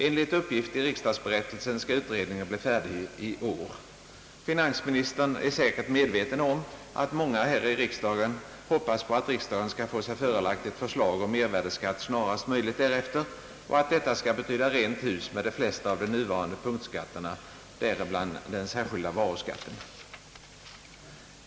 Enligt uppgift i riksdagsberättelsen skall utredningen bli färdig i år. Finansministern är säkert medveten om att många här i riksdagen hoppas på att riksdagen skall få ett förslag om mervärdeskatt snarast möjligt därefter och att detta skall betyda rent hus med de flesta av de nuvarande punktskatterna, däribland den särskilda varuskatten.